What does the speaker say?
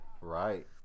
Right